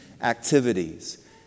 activities